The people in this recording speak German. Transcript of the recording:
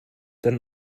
dann